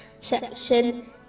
section